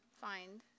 find